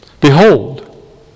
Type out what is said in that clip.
Behold